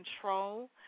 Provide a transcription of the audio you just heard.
control